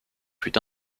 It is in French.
fut